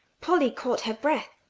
polly caught her breath,